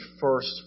first